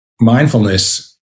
mindfulness